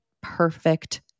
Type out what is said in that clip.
perfect